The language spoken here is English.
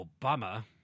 Obama